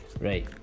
right